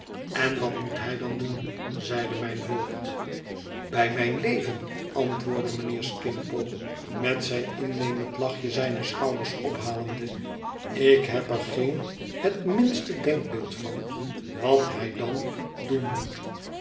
en wat moet hij dan doen zeide mijn voogd bij mijn leven antwoordde mijnheer skimpole met zijn innemend lachje zijne schouders ophalende ik heb er geen het minste denkbeeld van wat hij dan doen moet